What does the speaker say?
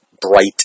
bright